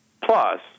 Plus